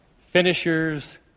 Finishers